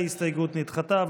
ההסתייגות נדחתה.